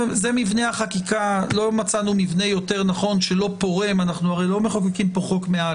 חבר הכנסת בגין, שאלה ואז אנחנו ניגשים